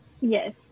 Yes